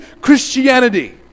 Christianity